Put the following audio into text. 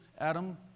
Adam